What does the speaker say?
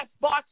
box